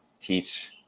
teach